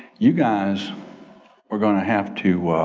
you guys are gonna have to,